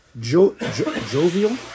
jovial